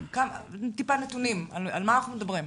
טיפה נתונים על מה אנחנו מדברים,